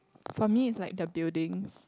for me is like the buildings